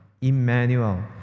Emmanuel